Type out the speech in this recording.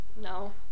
No